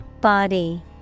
Body